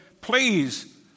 please